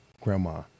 grandma